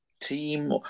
team